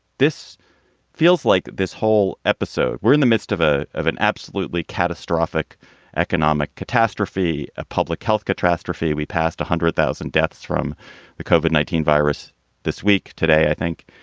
this feels like this whole episode. we're in the midst of a of an absolutely catastrophic economic catastrophe. a public health catastrophe. we passed one hundred thousand deaths from the cover nineteen virus this week. today, i think,